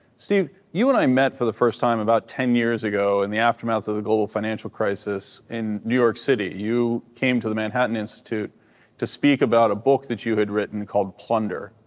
steve, you and i met for the first time about ten years ago in the aftermath of the global financial crisis in new york city. you came to the manhattan institute to speak about a book that you had written called, plunder.